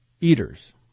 eaters